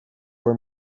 were